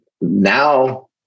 now